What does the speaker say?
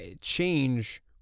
change